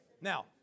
Now